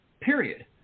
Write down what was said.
period